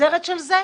הנגזרת של זה,